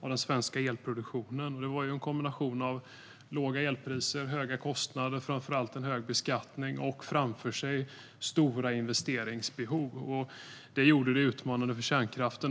av den svenska elproduktionen. Det var en kombination av låga elpriser, höga kostnader och framför allt en hög beskattning. Framför sig hade man stora investeringsbehov. Det gjorde det utmanande för kärnkraften.